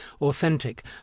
authentic